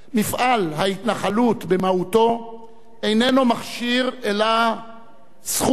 מפעל ההתנחלות במהותו איננו מכשיר אלא זכות.